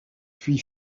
puis